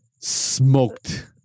smoked